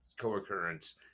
co-occurrence